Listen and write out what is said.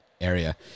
Area